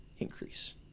increase